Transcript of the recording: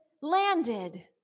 landed